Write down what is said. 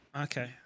Okay